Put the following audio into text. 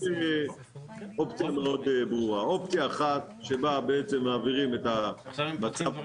יש אופציה מאוד ברורה: אופציה אחת שבה בעצם מעבירים את החקיקה,